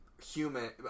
Human